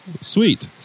Sweet